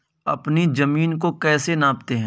अपनी जमीन को कैसे नापते हैं?